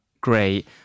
great